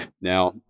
Now